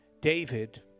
David